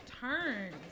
turns